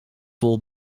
vol